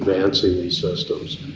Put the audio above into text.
advancing these systems.